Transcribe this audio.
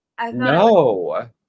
No